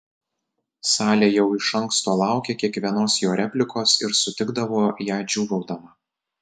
salė jau iš anksto laukė kiekvienos jo replikos ir sutikdavo ją džiūgaudama